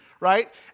right